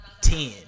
ten